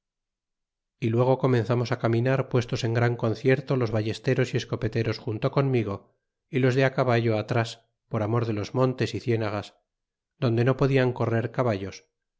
y luego comenzamos caminar puestos en gran concierto los ballesteros y escopeteros junto conmigo y los de acaballo atras por amor de los montes y cienagas donde no podian correr caballos